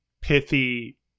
pithy